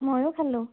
ময়ো খালোঁ